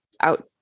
out